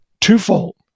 twofold